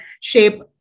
shape